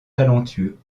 talentueux